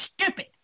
stupid